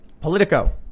Politico